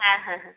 হ্যাঁ হ্যাঁ হ্যাঁ